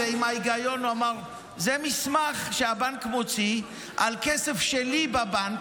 ועם ההיגיון הוא אמר: זה מסמך שהבנק מוציא על כסף שלי בבנק.